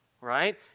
right